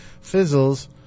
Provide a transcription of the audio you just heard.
fizzles